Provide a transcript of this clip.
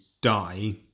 die